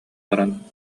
баран